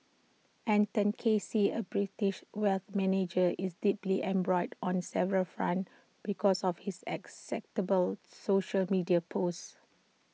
Anton Casey A British wealth manager is deeply embroiled on several fronts because of his acceptable social media posts